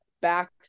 back